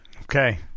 okay